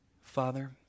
Father